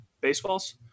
baseballs